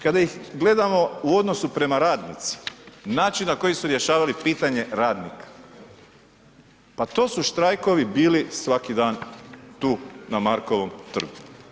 Kada ih gledamo u odnosu prema radnicima, način na koji su rješavali pitanje radnika, pa to su štrajkovi bili svaki dan tu na Markovom trgu.